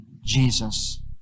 Jesus